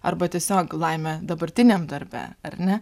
arba tiesiog laimę dabartiniam darbe ar ne